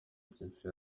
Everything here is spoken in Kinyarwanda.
mpyisi